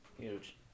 huge